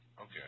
Okay